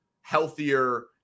healthier